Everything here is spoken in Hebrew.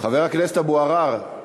חבר הכנסת אבו עראר,